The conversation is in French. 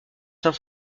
saint